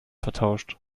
vertauscht